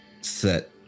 set